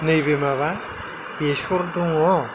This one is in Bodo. नैबे माबा बेसर दङ